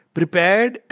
prepared